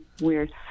weird